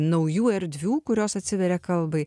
naujų erdvių kurios atsiveria kalbai